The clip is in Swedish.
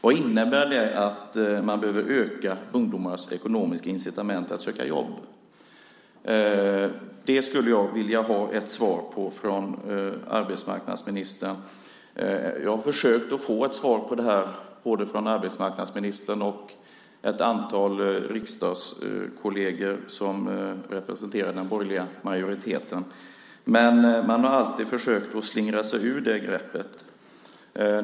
Vad innebär att man behöver öka ungdomars incitament att söka jobb? Den frågan skulle jag vilja ha ett svar på från arbetsmarknadsministern. Jag har försökt att få ett svar från arbetsmarknadsministern och från ett antal riksdagskolleger som representerar den borgerliga majoriteten. Men man har alltid försökt slingra sig ur det greppet.